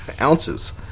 ounces